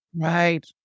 Right